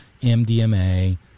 MDMA